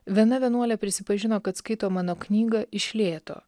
viena vienuolė prisipažino kad skaito mano knygą iš lėto